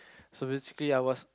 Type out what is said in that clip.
so basically I was